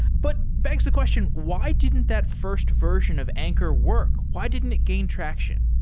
but begs the question, why didn't that first version of anchor work? why didn't it gain traction?